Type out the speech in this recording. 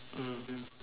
mm